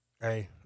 Hey